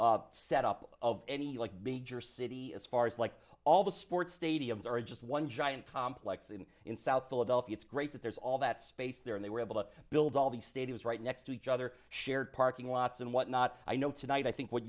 setup of any like be jersey city as far as like all the sports stadiums are just one giant complex and in south philadelphia it's great that there's all that space there and they were able to build all the stadiums right next to each other shared parking lots and what not i know tonight i think when